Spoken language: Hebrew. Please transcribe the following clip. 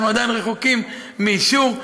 אנחנו עדיין רחוקים מאישור.